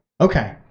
Okay